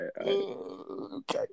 okay